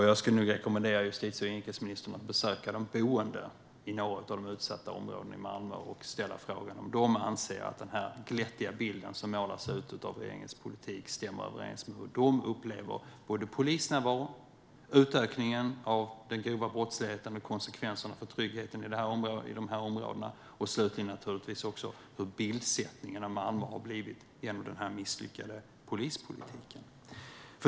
Jag skulle rekommendera justitie och inrikesministern att besöka de boende i några av de utsatta områdena i Malmö och ställa frågan om de anser att den glättiga bild som målas upp av regeringens politik stämmer överens med hur de upplever polisnärvaron, utökningen av den grova brottsligheten och konsekvenserna för tryggheten i områdena. Det handlar slutligen också om hur bildsättningen av Malmö har blivit genom den misslyckade polispolitiken.